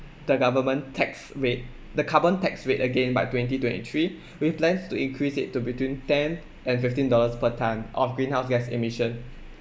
the government tax rate the carbon tax rate again by twenty twenty three with plans to increase it to between ten and fifteen dollars per tonne of greenhouse gas emission